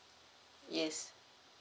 yes